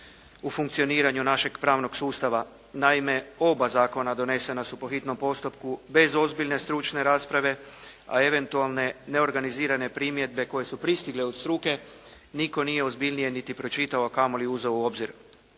u funkcioniranju našeg pravnog sustava. Naime, oba zakona donesena su po hitnom postupku bez ozbiljne stručne rasprave, a eventualne neorganizirane primjedbe koje su pristigle od struke, nitko nije ozbiljnije pročitao, a kamoli uzeo u obzir.